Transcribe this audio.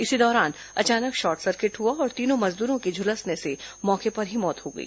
इसी दौरान अचानक शार्ट सर्किट हुआ और तीनों मजदूरों की झुलसने से मौके पर ही मौत हो गई